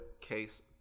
case